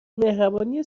مهربانی